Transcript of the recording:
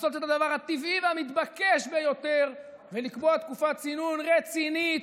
לעשות את הדבר הטבעי והמתבקש ביותר ולקבוע תקופת צינון רצינית,